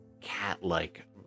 cat-like